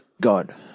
God